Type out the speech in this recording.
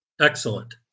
Excellent